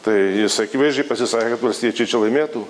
tai jis akivaizdžiai pasisakė kad valstiečiai čia laimėtų